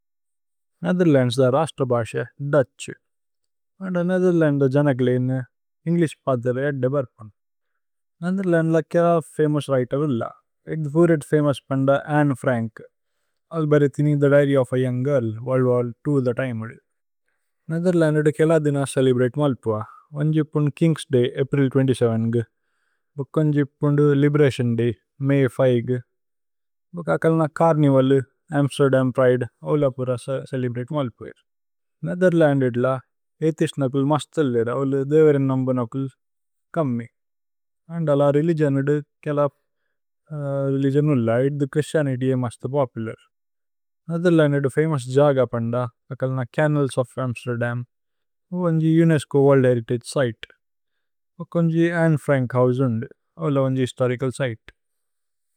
Netherlands ദ രസ്തബസേ, Dutch. നദ നേഥേര്ലന്ദ ജനക്ലേഇനു, ഏന്ഗ്ലിശ് പഥേരേ ദേബര്പുന്। നേഥേര്ലന്ദ്ല കേല ഫമോഉസ് വ്രിതേര് ഉന്ല। ഏക്ദ പൂരേത് ഫമോഉസ് പേന്ദ അന്നേ ഫ്രന്ക്। അല്ബരിഥിനി the diary of a young girl, world war ഈ ഥ തിമുദു। നേഥേര്ലന്ദേദ്ദ കേല ദിന ചേലേബ്രതേ മല്പുഅ। ഉന്ജുപുന് കിന്ഗ്'സ് ദയ്, അപ്രില് ൨൭ഗു। ഭുകുന്ജുപുന്ദു ലിബേരതിഓന് ദയ്, മയ് ൫ഗു। ഭുകകല്ന ഛര്നിവലു, അമ്സ്തേര്ദമ് പ്രിദേ। നേഥേര്ലന്ദേദ്ദ ഏതിസ്നകുല് മസ്തല്ലേര। ഉല്ല് ദേവരിന്നമ്ബുനകുല് കമ്മി। അന്ദ അല്ല രേലിഗിഓനുദ്ദ കേല രേലിഗിഓനുല്ല। ഏക്ദ ഛ്ഹ്രിസ്തിഅനിത്യ് മസ്ത പോപുലര്। നേഥേര്ലന്ദേദ്ദ ഫമോഉസ് ജഗ പന്ദ। ഭുകകല്ന canals of Amsterdam. UNESCO world heritage site. ഭുകുന്ജി അന്നേ ഫ്രന്ക് ഹോഉസേ ഉന്ദു। ഉല്ല ഉന്ജി ഹിസ്തോരിചല് സിതേ।